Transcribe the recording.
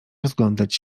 rozglądać